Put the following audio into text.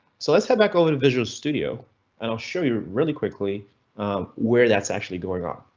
so let's head back over to visual studio and i'll show you really quickly where that's actually going on.